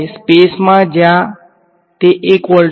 સ્પેસમા જ્યાં તે 1 વોલ્ટ છે